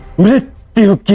meet you